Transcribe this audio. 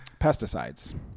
pesticides